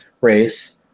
race